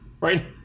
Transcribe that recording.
right